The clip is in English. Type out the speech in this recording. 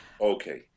Okay